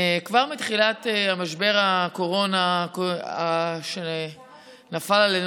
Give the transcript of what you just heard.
כבר מתחילת משבר הקורונה שנפל עלינו